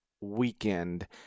weekend